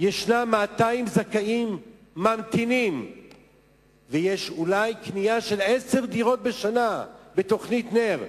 יש 200 זכאים ממתינים וקנייה של אולי עשר דירות בשנה בתוכנית נ"ר?